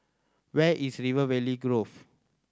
where is River Valley Grove